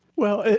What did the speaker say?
well,